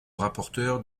rapporteur